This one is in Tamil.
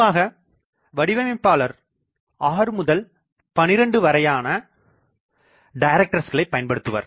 பொதுவாக வடிவமைப்பாளர் 6 முதல் 12 வரையான டைரக்டர்ஸ்களைபயன்படுத்துவர்